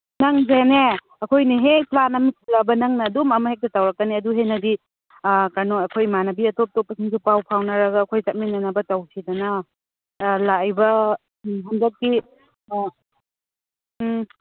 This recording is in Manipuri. ꯅꯪꯁꯤꯅꯅꯦ ꯑꯩꯈꯣꯏꯅ ꯍꯦꯛ ꯄ꯭ꯂꯥꯥꯟ ꯑꯃ ꯁꯤꯜꯂꯛꯑꯕ ꯅꯪꯅ ꯑꯗꯨꯝ ꯑꯃ ꯍꯦꯛꯇ ꯇꯧꯔꯛꯅꯤ ꯑꯗꯨ ꯍꯦꯟꯅꯗꯤ ꯀꯩꯅꯣ ꯑꯩꯈꯣꯏ ꯏꯃꯥꯟꯅꯕꯤ ꯑꯇꯣꯄ ꯑꯇꯣꯞꯄꯁꯡꯗꯨ ꯄꯥꯎ ꯐꯥꯎꯅꯔꯒ ꯑꯩꯈꯣꯏ ꯆꯠꯃꯤꯟꯅꯅꯕ ꯇꯧꯁꯤꯗꯅ ꯂꯥꯛꯂꯤꯕ ꯍꯟꯗꯛꯀꯤ